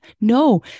No